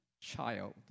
child